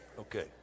Okay